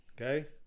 okay